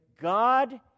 God